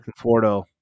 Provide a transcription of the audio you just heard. Conforto